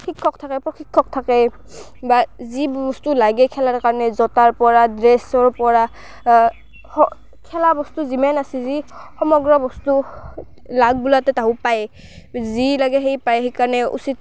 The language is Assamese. শিক্ষক থাকে প্ৰশিক্ষক থাকে বা যি বস্তু লাগেই খেলাৰ কাৰণে জ'তাৰ পৰা ড্ৰেছৰ পৰা হ খেলা বস্তু যিমেন আছে যি সমগ্ৰ বস্তু লাগ বোলাতে তাহোক পায়ে যি লাগে সেই পায় সেইকাৰণে উচিত